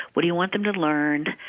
what do you want them to learn?